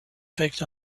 picked